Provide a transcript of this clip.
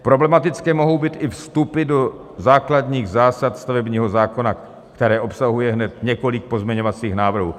Problematické mohou být i vstupy do základních zásad stavebního zákona, které obsahuje hned několik pozměňovacích návrhů.